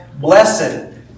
Blessed